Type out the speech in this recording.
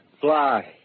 fly